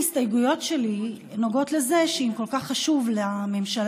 ההסתייגויות שלי נוגעות לזה שאם כל כך חשוב לממשלה,